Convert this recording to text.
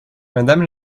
madame